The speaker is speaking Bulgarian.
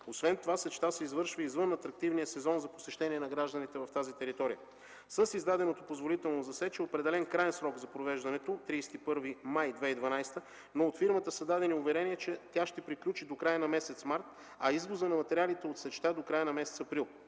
Освен това сечта се извършва извън атрактивния сезон за посещение на гражданите в тази територия. С издаденото позволително за сеч е определен краен срок за провеждането – 31 май 2012 г., но от фирмата са дадени уверения, че тя ще приключи до края на месец март, а извозът на материалите от сечта – до края на месец април